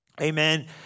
amen